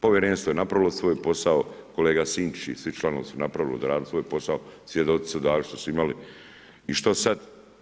Povjerenstvo je napravilo svoj posao, kolega Sinčić i svi članovi su napravili, odradili svoj posao, svjedoci su da što su imali i što sad?